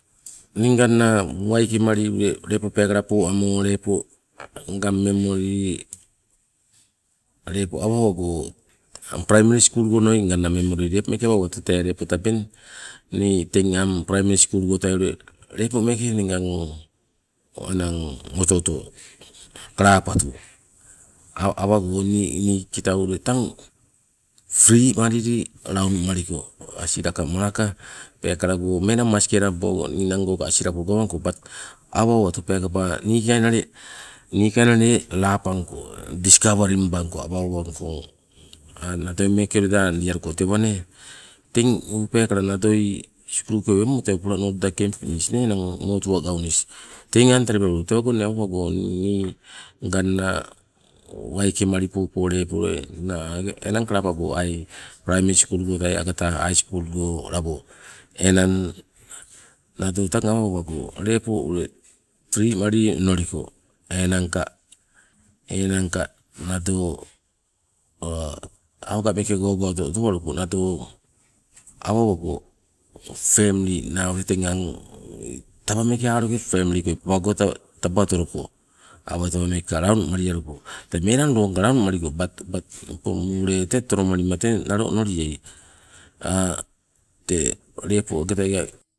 Nii nganna waikemali ule lepo peekala poamo lepo ngang memori lepo awa owago praimari skul go onoi lepo meeke awa owatu nganna memori tee lepo tabeng. Nii teng ang praimari skul goi tai ule lepo meeke ngang enang oto oto kalapatu awago nii- nii kitau ule tang fri malili launu maliko asilaka malaka, peekala go ummena masikelang pogo ninango ka asilako melang kobatu, awa owatu peekaba niikainale niikainale lapangko diskawaring bangko awa owangkong nadoi meeke amalialuko tewa nee. Teng o peekala nadoi sukulukewamo tee o polanoke kempinis enang polanoke tee enang motua gaunis teng ang talipabilu. Tewago inne apabaluko nii nganna waikemali popo lepo enang kalapago ai praimari skul goi tai agata hai skul go labo enang ai tei tang awa owago lepo ule fri malili onoliko. Enangka enangka nado awaga meeke gaugauto otowaluko, nado awa owago femli naa ule teng ang taba meeke aloke femli ke taba otoloko, awatewa meekeka launumalialuko, tee melang loonga launumaliko bat- bat opong mule tee tolomalima tee nalo onoliai, tee lepo agetaiga